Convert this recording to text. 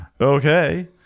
Okay